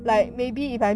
mm